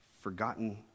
forgotten